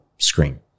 screen